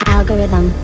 Algorithm